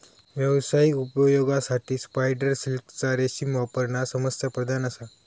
व्यावसायिक उपयोगासाठी स्पायडर सिल्कचा रेशीम वापरणा समस्याप्रधान असा